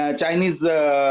Chinese